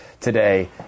Today